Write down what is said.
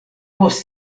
post